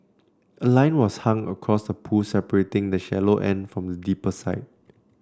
a line was hung across the pool separating the shallow end from the deeper side